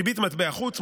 ריבית מטבע חוץ,